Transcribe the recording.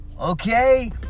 okay